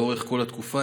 לאורך כל התקופה,